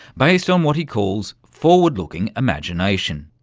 based on what he calls forward looking imagination.